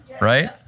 right